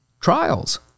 Trials